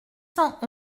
cent